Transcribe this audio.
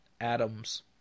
atoms